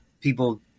people